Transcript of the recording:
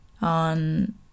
On